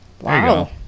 Wow